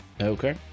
Okay